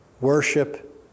worship